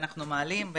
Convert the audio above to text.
ואנו מעלים,